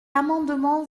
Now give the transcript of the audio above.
amendement